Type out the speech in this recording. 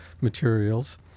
materials